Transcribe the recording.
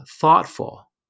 thoughtful